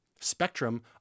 spectrum